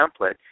template